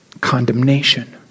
condemnation